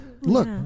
Look